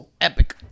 epic